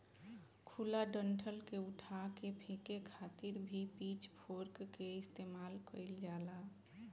खुला डंठल के उठा के फेके खातिर भी पिच फोर्क के इस्तेमाल कईल जाला